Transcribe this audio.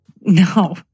No